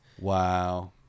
Wow